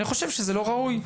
אני חושב שזה לא ראוי.